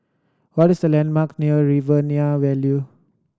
what is the landmark near Riverina value